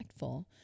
impactful